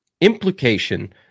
implication